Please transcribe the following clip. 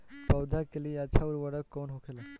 पौधा के लिए अच्छा उर्वरक कउन होखेला?